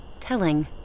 telling